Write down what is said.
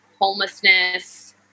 homelessness